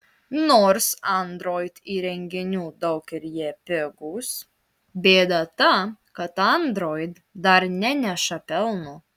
nors android įrenginių daug ir jie pigūs bėda ta kad android dar neneša pelno